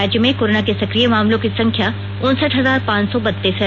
राज्य में कोरोना के सक्रिय मामलों की संख्या उनसठ हजार पांच सौ बत्तीस है